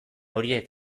horiek